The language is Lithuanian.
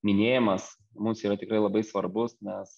minėjimas mums yra tikrai labai svarbus mes